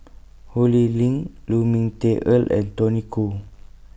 Hu Lee Ling Lu Ming Teh Earl and Tony Khoo